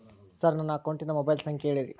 sir ನನ್ನ ಅಕೌಂಟಿನ mobile ಸಂಖ್ಯೆ ಹೇಳಿರಿ